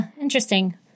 interesting